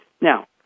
Now